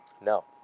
No